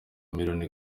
miliyoni